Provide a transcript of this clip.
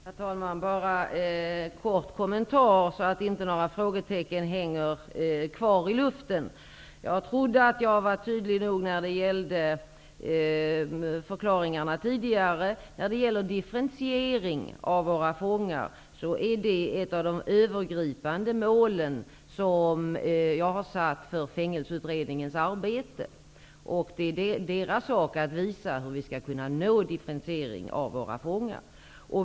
Herr talman! Jag vill bara ge en kort kommentar för att inga frågetecken skall hänga kvar i luften. Jag trodde att jag var tydlig nog i förklaringarna tidigare beträffande differentiering av fångar. Det är ett av de övergripande mål som har uppsatts för Fängelseutredningens arbete. Det är nu utredningens sak att visa hur vi skall kunna nå denna differentiering av fångar.